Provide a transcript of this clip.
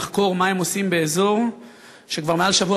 לחקור מה הם עושים באזור שכבר מעל שבוע